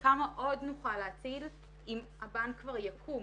כמה עוד נוכל להציל אם הבנק יקום?